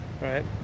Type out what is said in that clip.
right